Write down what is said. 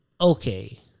okay